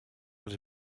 els